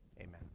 Amen